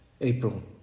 April